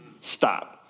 Stop